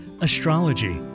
astrology